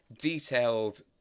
detailed